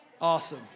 Awesome